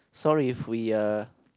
sorry we uh